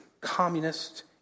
communist